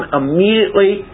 immediately